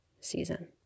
season